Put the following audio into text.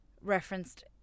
referenced